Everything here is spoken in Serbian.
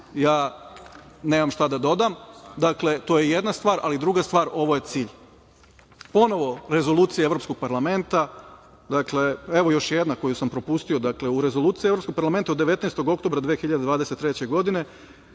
ja nemam šta da dodam. Dakle, to jedna stvar, ali druga stvar – ovo je cilj. Ponovo rezolucija Evropskog parlamenta, evo još jedna koju sam propustio. Dakle, u Rezoluciji Evropskog parlamenta od 19. oktobra 2023. godine